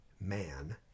man